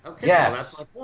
Yes